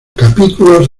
capítulos